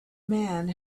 man